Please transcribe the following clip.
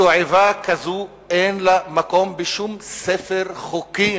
תועבה כזו אין לה מקום בשום ספר חוקים.